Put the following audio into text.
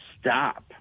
stop